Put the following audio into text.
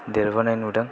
देरबोनाय नुदों